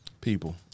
People